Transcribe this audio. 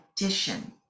addition